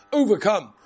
overcome